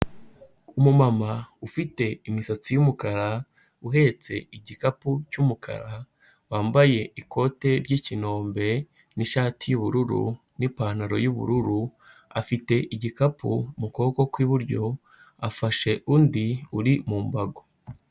Umumama ufite imisatsi y'umukara, uhetse igikapu cy'umukara, wambaye ikote ry'ikinombe n'ishati y'ubururu n'ipantaro y'ubururu; afite igikapu mu kuboko kw'iburyo, afashe undi uri mu mbago.